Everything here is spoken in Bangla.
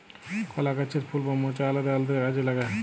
কলা গাহাচের ফুল বা মচা আলেদা আলেদা কাজে লাগে